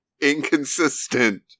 inconsistent